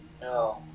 No